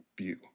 view